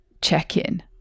check-in